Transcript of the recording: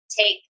take